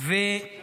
מבקר שם.